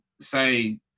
say